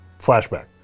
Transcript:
flashback